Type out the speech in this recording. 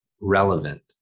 relevant